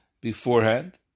beforehand